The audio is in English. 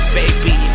baby